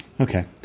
Okay